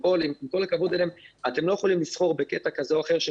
עם כל הכבוד אליהם - אתם לא יכולים לסחור בקטע כזה או אחר של